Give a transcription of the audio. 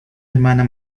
hermana